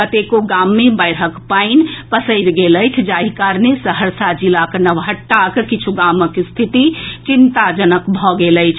कतेको गाम मे बाढ़िक पानि पसरि गेल अछि जाहि कारणे सहरसा जिलाक नवहट्टाक किछु गामक स्थिति चिंताजनक भऽ गेल अछि